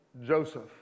Joseph